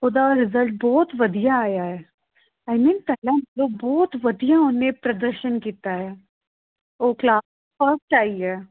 ਉਹਦਾ ਰਿਜਲਟ ਬਹੁਤ ਵਧੀਆ ਆਇਆ ਹੈ ਪਹਿਲਾਂ ਨਾਲੋਂ ਬਹੁਤ ਵਧੀਆ ਉਹਨੇ ਪ੍ਰਦਰਸ਼ਨ ਕੀਤਾ ਹੈ ਉਹ ਕਲਾਸ ਫਸਟ ਆਈ ਹੈ